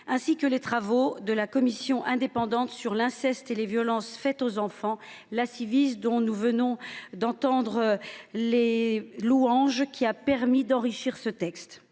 ainsi que les apports de la Commission indépendante sur l’inceste et les violences faites aux enfants, dont nous venons d’entendre les louanges, lesquels ont permis d’enrichir ce texte.